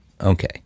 Okay